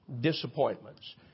disappointments